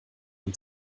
und